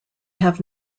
have